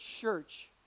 church